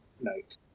night